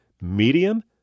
Medium